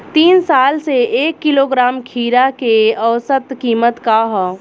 तीन साल से एक किलोग्राम खीरा के औसत किमत का ह?